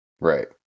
Right